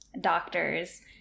doctors